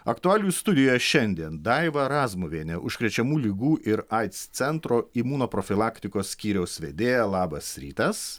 aktualijų studijoje šiandien daiva razmuvienė užkrečiamų ligų ir aids centro imunoprofilaktikos skyriaus vedėja labas rytas